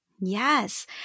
Yes